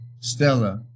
Stella